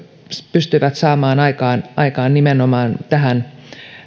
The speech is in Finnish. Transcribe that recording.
pystyi saamaan aikaan aikaan nimenomaan tähän